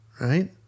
right